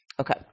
Okay